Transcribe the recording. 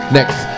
Next